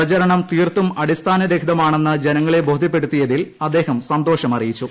പ്രചരണം തീർത്തും അടിസ്ഥാന രഹിതമാണെന്ന് ജനങ്ങളെ ബോധ്യപ്പെടുത്തിയതിൽ അദ്ദേഹം സന്തോഷം അറിയിച്ചു